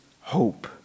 hope